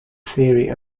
theory